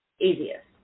easiest